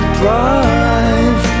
drive